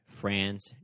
France